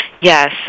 Yes